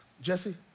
Jesse